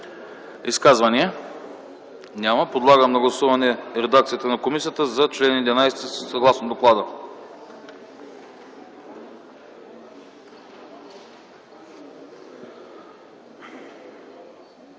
изказвания? Няма. Подлагам на гласуване редакцията на комисията за чл. 13, съгласно доклада.